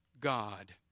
God